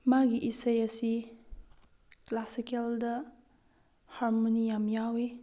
ꯃꯥꯒꯤ ꯏꯁꯩ ꯑꯁꯤ ꯀ꯭ꯂꯥꯁꯤꯀꯦꯜꯗ ꯍꯥꯔꯃꯣꯅꯤ ꯌꯥꯝ ꯌꯥꯎꯏ